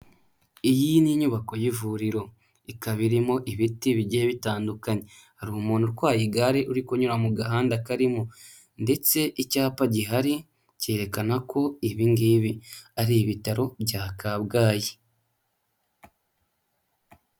Iyi ni inyubako y'ivuriro, ikaba irimo ibiti bigiye bitandukanye, hari umuntu utwaye igare uri kunyura mu gahanda karimo ndetse icyapa gihari cyerekana ko ibi ngibi ari ibitaro bya Kabgayi.